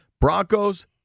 Broncos